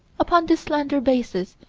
upon this slender basis,